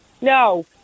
no